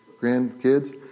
grandkids